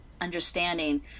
understanding